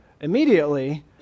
Immediately